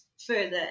further